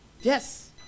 Yes